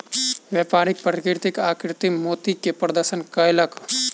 व्यापारी प्राकृतिक आ कृतिम मोती के प्रदर्शन कयलक